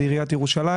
בעיריית ירושלים.